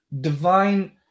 divine